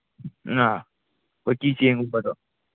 ꯑꯥ ꯍꯣꯏ ꯀꯤꯆꯦꯟꯒꯨꯝꯕꯗꯣ